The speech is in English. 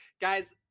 guys